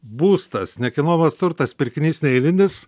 būstas nekilnojamas turtas pirkinys neeilinis